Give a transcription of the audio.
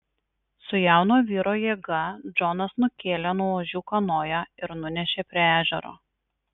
su jauno vyro jėga džonas nukėlė nuo ožių kanoją ir nunešė prie ežero